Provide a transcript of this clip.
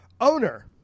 Owner